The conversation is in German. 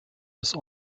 des